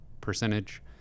percentage